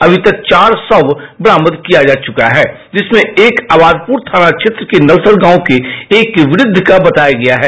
अभी तक चार शव बरामद किया जा चुका है जिसमें एक आबादपुर थाना के नलसर गांव के एक व्रद्ध का बताया गया है